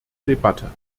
debatte